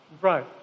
Right